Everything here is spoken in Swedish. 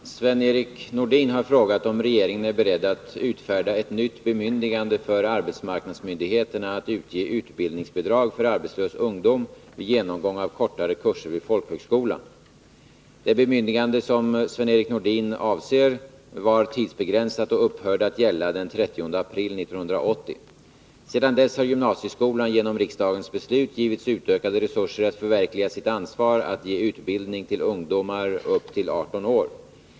Herr talman! Sven-Erik Nordin har frågat om regeringen är beredd att utfärda ett nytt bemyndigande för arbetsmarknadsmyndigheterna att utge utbildningsbidrag för arbetslös ungdom vid genomgång av kortare kurser vid folkhögskola. Sedan dess har gymnasieskolan genom riksdagens beslut givits utökade resurser att förverkliga sitt ansvar att ge utbildning till ungdomar upp till 18 år.